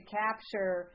capture